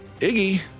Iggy